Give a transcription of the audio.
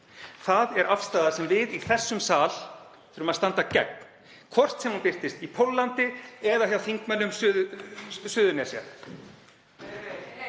Það er afstaða sem við í þessum sal þurfum að standa gegn, hvort sem hún birtist í Póllandi eða hjá þingmönnum Suðurnesja.